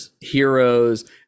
heroes